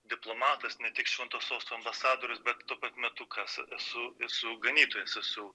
diplomatas ne tik švento sosto ambasadorius bet tuo pat metu kas esu esu ganytojas esu